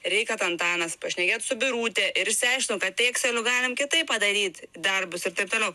reik kad antanas pašnekėtų su birute ir išsiaiškintų kad eksliu galim kitaip padaryti darbus ir taip toliau